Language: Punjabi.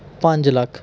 ਪੰਜ ਲੱਖ